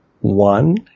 one